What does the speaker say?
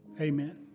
Amen